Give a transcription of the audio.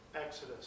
Exodus